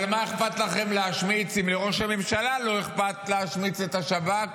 אבל מה אכפת לכם להשמיץ אם לראש הממשלה לא אכפת להשמיץ את השב"כ